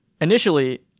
Initially